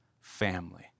family